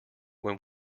when